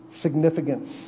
significance